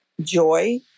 joy